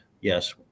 yes